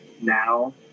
now